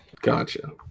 Gotcha